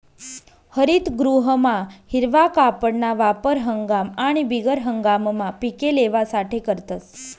हरितगृहमा हिरवा कापडना वापर हंगाम आणि बिगर हंगाममा पिके लेवासाठे करतस